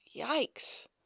Yikes